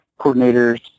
coordinators